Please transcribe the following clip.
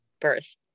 birth